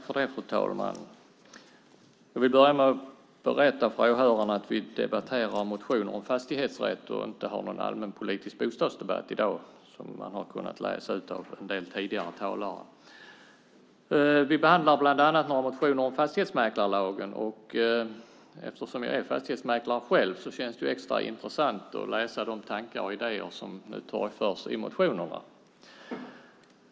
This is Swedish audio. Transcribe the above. Fru talman! Jag vill börja med att berätta för åhörarna att vi debatterar motioner om fastighetsrätt och att det inte är en allmänpolitisk bostadsdebatt i dag, som man har kunnat läsa ut av en del tidigare talare. Vi behandlar bland annat några motioner om fastighetsmäklarlagen. Eftersom jag är fastighetsmäklare själv känns det extra intressant att läsa de tankar och idéer som nu torgförs i motionerna.